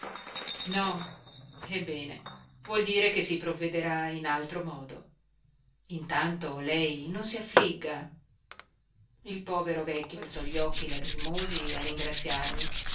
no ebbene vuol dire che si provvederà in altro modo intanto lei non si affligga il povero vecchio alzò gli occhi lacrimosi a ringraziarmi